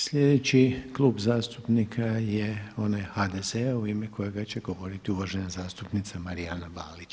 Sljedeći Klub zastupnika je onaj HDZ-a u ime kojega će govoriti uvažena zastupnica Marijana Balić.